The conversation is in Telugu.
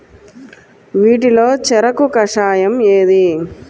వీటిలో చెరకు కషాయం ఏది?